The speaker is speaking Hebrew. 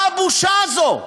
מה הבושה הזאת?